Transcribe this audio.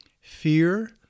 fear